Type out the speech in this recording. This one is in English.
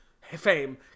Fame